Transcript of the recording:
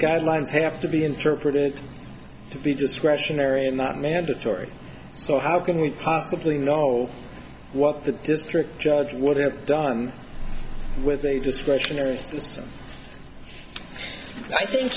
guidelines have to be interpreted to be discretionary and not mandatory so how can we possibly know what the district judge would have done with a discretionary system i think